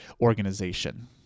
Organization